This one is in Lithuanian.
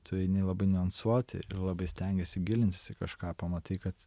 tu eini labai niuansuoti ir labai stengiesi gilintis kažką pamatai kad